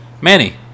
Manny